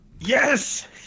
Yes